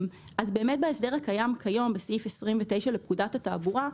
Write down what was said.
בהסדר הקיים כיום בסעיף 29 לפקודת התעבורה,